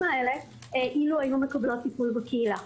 האלה אילו היו מקבלות טיפול בקהילה.